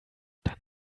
dann